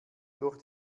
durch